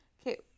Okay